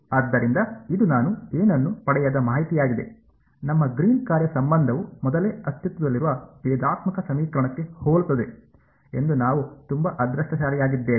ಆದ್ದರಿಂದ ಇದು ನಾನು ಏನನ್ನೂ ಪಡೆಯದ ಮಾಹಿತಿಯಾಗಿದೆ ನಮ್ಮ ಗ್ರೀನ್ನ ಕಾರ್ಯ ಸಂಬಂಧವು ಮೊದಲೇ ಅಸ್ತಿತ್ವದಲ್ಲಿರುವ ಭೇದಾತ್ಮಕ ಸಮೀಕರಣಕ್ಕೆ ಹೋಲುತ್ತದೆ ಎಂದು ನಾವು ತುಂಬಾ ಅದೃಷ್ಟಶಾಲಿಯಾಗಿದ್ದೇವೆ